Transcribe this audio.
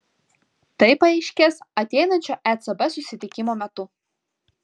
tai paaiškės ateinančio ecb susitikimo metu